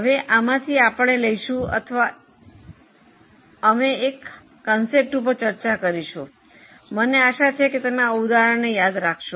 હવે આમાંથી આપણે લઈશું અથવા અમે એક ખ્યાલો પર ચર્ચા કરીશું મને આશા છે કે તમે આ ઉદાહરણ યાદ રાખશો